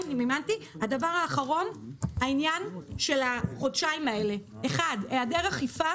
הדבר האחרון העניין של החודשיים האלה: היעדר אכיפה